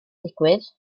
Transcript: digwydd